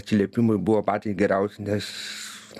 atsiliepimai buvo patys geriausi nes